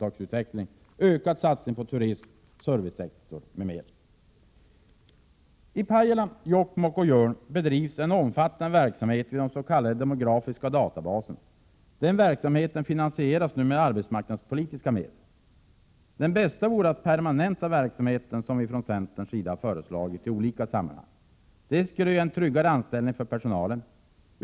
1987/88:131 satsning på turism och servicesektor osv. 1 juni 1988 I Pajala, Jokkmokk och Jörn bedrivs en omfattande verksamhet vid de s.k. demografiska databaserna. Den verksamheten finansieras nu med arbetsmarknadspolitiska medel. Det bästa vore att permanenta verksamheten, som vi från centerns sida har föreslagit i olika sammanhang. Det skulle ge en tryggare anställning för personalen.